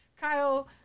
Kyle